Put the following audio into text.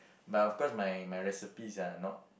but of course my my recipes are not